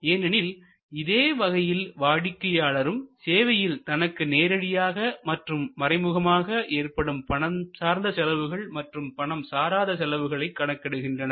ஏனெனில் இதே வகையில் வாடிக்கையாளரும் சேவையில் தனக்கு நேரடியாக மற்றும் மறைமுகமாக ஏற்படும் பணம் சார்ந்த செலவுகள் மற்றும் பணம் சாராத செலவுகளை கணக்கிடுகின்றனர்